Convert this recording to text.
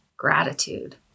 gratitude